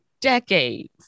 decades